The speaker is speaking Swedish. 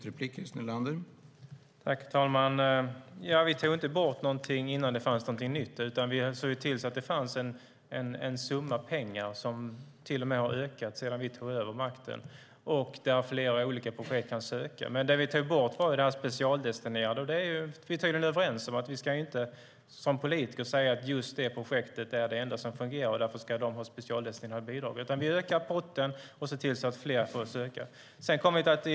Herr talman! Vi tog inte bort någonting innan det fanns någonting nytt. Vi såg till att det fanns en summa pengar som till och med har ökat sedan vi tog över makten, och flera olika projekt kan söka medel. Vi tog bort det som var specialdestinerat. Vi är tydligen överens om att vi som politiker inte ska säga att just det projektet är det enda som fungerar och därför ska det projektet få ett specialdestinerat bidrag. Vi ökar potten och ser till att fler kan söka.